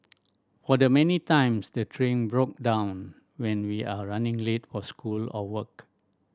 for the many times the train broke down when we are running late for school or work